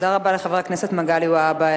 תודה רבה לחבר הכנסת מגלי והבה.